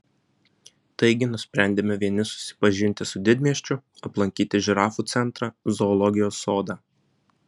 taigi nusprendėme vieni susipažinti su didmiesčiu aplankyti žirafų centrą zoologijos sodą